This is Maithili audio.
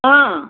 हँ